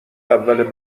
اول